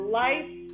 life